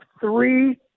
three